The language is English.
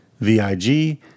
VIG